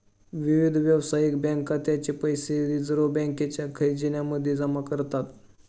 विविध व्यावसायिक बँका त्यांचे पैसे रिझर्व बँकेच्या खजिन्या मध्ये जमा करतात